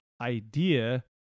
Idea